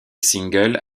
single